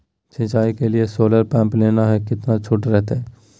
सिंचाई के लिए सोलर पंप लेना है कितना छुट रहतैय?